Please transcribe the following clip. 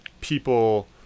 people